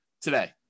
today